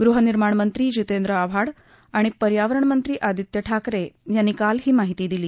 गृहनिर्माण मंत्री जितेंद्र आव्हाड आणि पर्यावरण मंत्री आदित्य ठाकरे यांनी काल ही माहिती दिली